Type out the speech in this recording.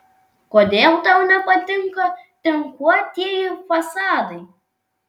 kodėl tau nepatinka tinkuotieji fasadai